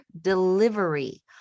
delivery